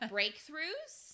Breakthroughs